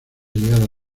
llegada